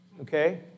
okay